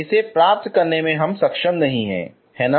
इसे प्राप्त करने में सक्षम नहीं है है ना